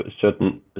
certain